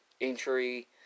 entry